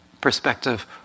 perspective